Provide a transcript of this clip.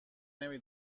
نمی